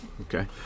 Okay